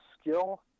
skill